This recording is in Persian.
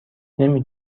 نمی